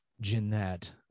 Jeanette